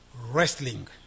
wrestling